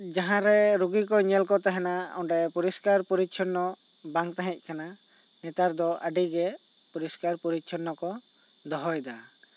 ᱡᱟᱦᱟᱸ ᱨᱮ ᱨᱩᱜᱤ ᱠᱚ ᱧᱮᱞ ᱠᱚ ᱛᱟᱦᱮᱱᱟ ᱚᱱᱮ ᱯᱚᱨᱤᱥᱠᱟᱨ ᱯᱚᱨᱤᱪᱷᱚᱱᱱᱚ ᱵᱟᱝ ᱛᱟᱦᱮᱸ ᱠᱟᱱᱟ ᱱᱮᱛᱟᱨ ᱫᱚ ᱟᱹᱰᱤ ᱜᱮ ᱯᱚᱨᱤᱥᱠᱟᱨ ᱯᱚᱨᱤᱪᱷᱚᱱᱱᱚ ᱠᱚ ᱫᱚᱦᱚᱭᱮᱫᱟ